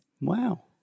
Wow